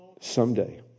someday